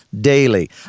daily